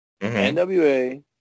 NWA